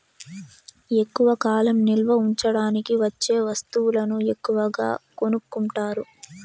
ఎక్కువ కాలం నిల్వ ఉంచడానికి వచ్చే వస్తువులను ఎక్కువగా కొనుక్కుంటారు